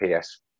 ps